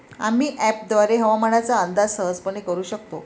आम्ही अँपपद्वारे हवामानाचा अंदाज सहजपणे करू शकतो